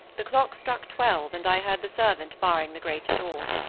the clock struck twelve, and i heard the servant barring the great door.